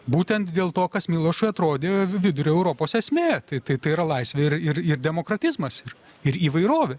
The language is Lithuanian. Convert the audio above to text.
būtent dėl to kas milošui atrodė vidurio europos esmė tai tai yra laisvė ir ir ir demokratizmas ir ir įvairovė